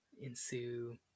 ensue